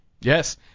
Yes